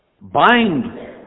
Bind